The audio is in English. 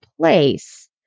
place